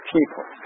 people